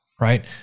Right